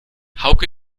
hauke